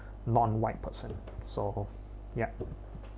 non white person so yup